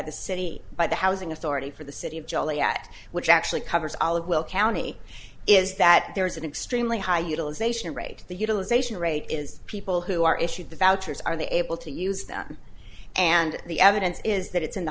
the city by the housing authority for the city of joliet which actually covers all of will county is that there's an extremely high utilization rate the utilization rate is people who are issued the vouchers are they able to use them and the evidence is that it's in the